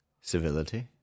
civility